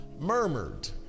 Murmured